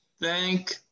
Thank